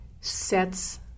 sets